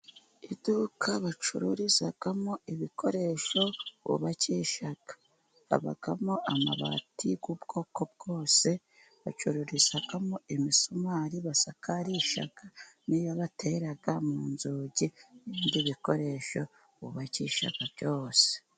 Iduka bacururizamo ibikoresho bubakisha, habamo amabati y'ubwoko bwose, bacururizamo imisumari basakarisha, n'iyo batera mu nzugi, n'ibindi bikoresho bubakisha byose.